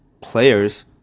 players